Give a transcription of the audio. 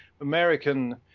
American